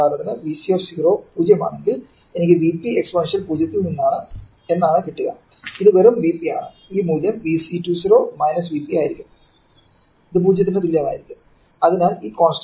ഉദാഹരണത്തിന് Vc0 ആണെങ്കിൽ എനിക്ക് Vp എക്സ്പോണൻഷ്യൽ 0 എന്നാണ് കിട്ടുക അത് വെറും Vp ആണ് ഈ മൂല്യം Vc20 Vp ആയിരിക്കും 0 ന് തുല്യമായിരിക്കും അതിനാൽ ഈ കോൺസ്റ്സ്ന്റ് Vp 1 SCR ആണ്